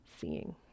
seeing